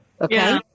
okay